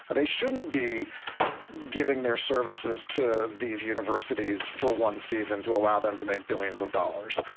and they shouldn't be giving their services to these universities for one season to allow them to make billions of dollars.